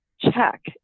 check